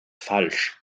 falsch